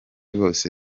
bose